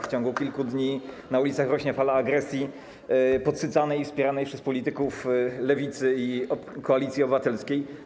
W ciągu ostatnich kilku dni na ulicach rośnie fala agresji podsycanej i wspieranej przez polityków Lewicy i Koalicji Obywatelskiej.